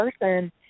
person